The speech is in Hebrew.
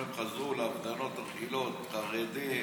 עכשיו הם חזרו להפגנות הרגילות, חרדים,